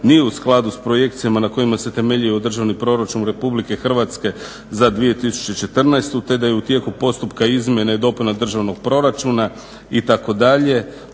nije u skladu s projekcijama na kojima se temeljio državne proračun RH za 2014. te da je u tijeku postupka izmjena i dopuna državnog proračuna, itd.,